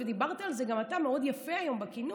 ודיברת על זה גם אתה היום בכינוס,